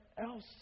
else